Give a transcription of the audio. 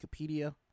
Wikipedia